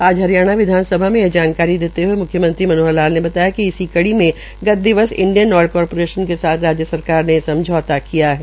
आज हरियाणा विधानसभा में यह जानकारी देते हए म्ख्यमंत्री मनोहर लाल ने बताया कि इसी कड़ी में गत दिवस इंडियन ऑयल कॉर्पोरेशन के साथ राज्य सरकार ने एक समझौता किया है